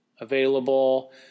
available